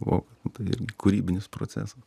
o tai kūrybinis procesas